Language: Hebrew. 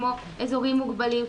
כמו אזורים מוגבלים,